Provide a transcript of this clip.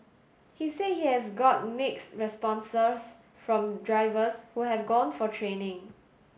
he said he has got mixed responses from drivers who have gone for training